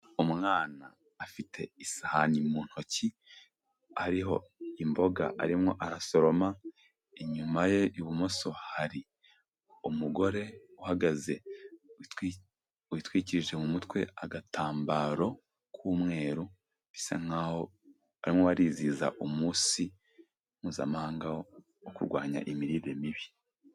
Umwana afite isahani mu ntoki hariho imboga arimo arasoroma, inyuma ye ibumoso hari umugore uhagaze witwikirije mu mutwe agatambaro k'umweru, bisa nk'aho barimo barizihiza umunsi mpuzamahanga wo kurwanya imirire mibi.